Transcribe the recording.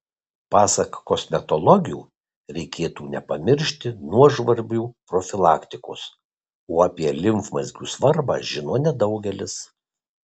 pasak kosmetologių reikėtų nepamiršti nuožvarbų profilaktikos o apie limfmazgių svarbą žino nedaugelis